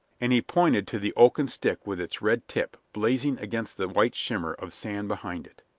and he pointed to the oaken stick with its red tip blazing against the white shimmer of sand behind it.